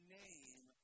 name